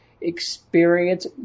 experience